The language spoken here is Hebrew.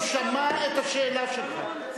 הוא שמע את השאלה שלך.